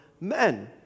men